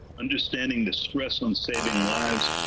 understanding the stress on saving lives,